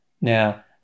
Now